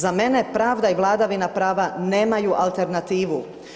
Za mene pravda i vladavina prava nemaju alternativu.